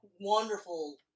wonderful